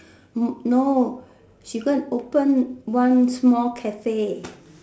no she go and open one small Cafe